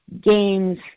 games